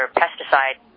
pesticide